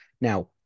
Now